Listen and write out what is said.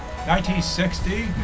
1960